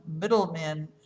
middlemen